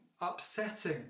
upsetting